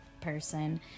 person